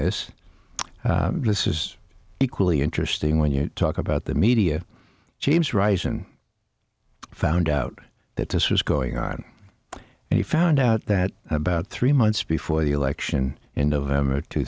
this is equally interesting when you talk about the media james rice and found out that this was going on and you found out that about three months before the election in november two